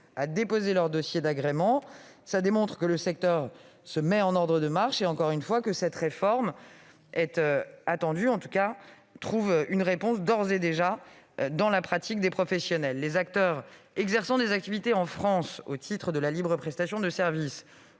à déposer leur dossier d'agrément. Cela démontre que le secteur est déjà en ordre de marche et, encore une fois, que cette réforme est attendue ou, en tout cas, trouve d'ores et déjà une réponse dans la pratique des professionnels. Les acteurs exerçant des activités en France au titre de la libre prestation de services